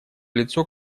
лицо